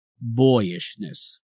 boyishness